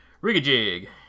Rig-a-jig